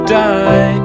die